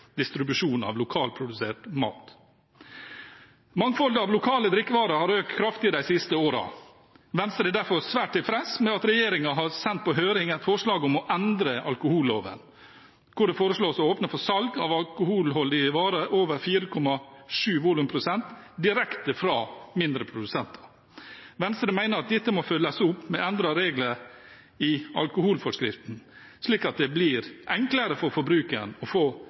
distribusjonen av lokalprodusert mat. Mangfoldet av lokale drikkevarer har økt kraftig de siste årene. Venstre er derfor svært tilfreds med at regjeringen har sendt på høring et forslag om å endre alkoholloven, der det foreslås å åpne for salg av alkoholholdige varer over 4,7 volumprosent direkte fra mindre produsenter. Venstre mener at dette må følges opp med endrede regler i alkoholreklameforskriften, slik at det blir enklere for forbrukeren å få